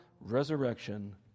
resurrection